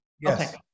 yes